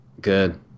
good